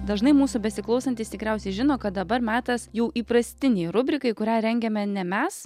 dažnai mūsų besiklausantys tikriausiai žino kad dabar metas jau įprastinei rubrikai kurią rengiame ne mes